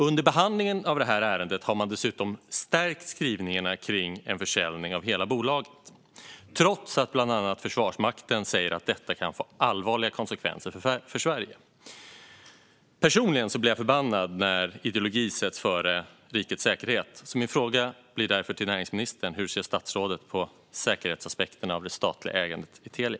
Under behandlingen av ärendet har man dessutom stärkt skrivningarna kring en försäljning av hela bolaget, trots att bland annat Försvarsmakten säger att detta kan få allvarliga konsekvenser för Sverige. Personligen blir jag förbannad när ideologi sätts före rikets säkerhet. Min fråga till näringsministern blir därför: Hur ser statsrådet på säkerhetsaspekten av det statliga ägandet i Telia?